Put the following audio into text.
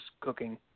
cooking